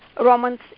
romans